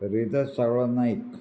rhythm सावळ नायक